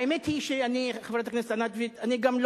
האמת היא, חברת הכנסת עינת וילף,